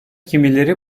kimileri